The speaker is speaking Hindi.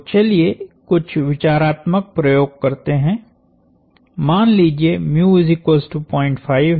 तो चलिए कुछ विचारात्मक प्रयोग करते हैं मान लीजिएहै